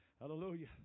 hallelujah